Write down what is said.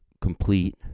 complete